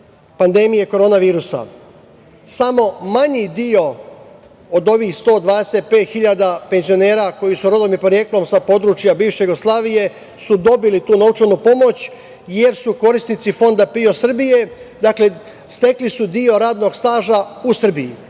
pandemije korona virusa. Samo manji deo od ovih 125 hiljada penzionera koji su rodom i poreklom sa područja bivše Jugoslavije su dobili tu novčanu pomoć jer su korisnici Fonda PIO Srbije, dakle, stekli su deo radnog staža u Srbiji.